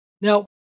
Now